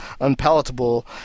unpalatable